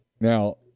Now